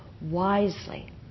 wisely